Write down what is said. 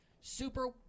super